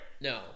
No